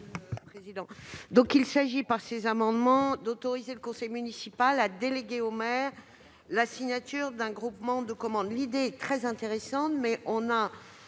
commission ? Ces amendements visent à autoriser le conseil municipal à déléguer au maire la signature d'un groupement de commandes. L'idée est très intéressante, mais elle